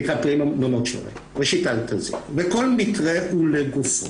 זה נקרא --- וכל מקרה הוא לגופו.